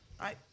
right